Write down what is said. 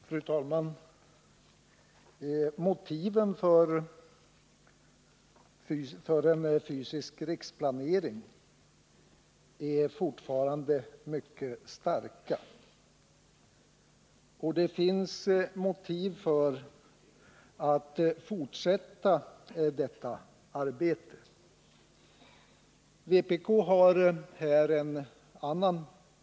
Fru talman! Motiven för en fysisk riksplanering är fortfarande mycket starka, och det finns därför skäl att fortsätta arbetet med denna.